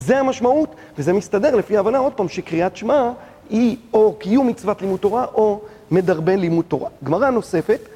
זה המשמעות וזה מסתדר לפי ההבנה עוד פעם שקריאת שמע היא או קיום מצוות לימוד תורה או מדרבן לימוד תורה. גמרה נוספת.